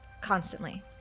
constantly